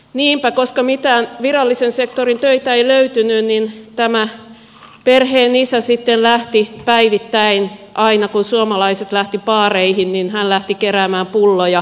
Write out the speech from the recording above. niinpä koska mitään virallisen sektorin töitä ei löytynyt tämä perheenisä sitten lähti päivittäin aina kun suomalaiset lähtivät baareihin keräämään pulloja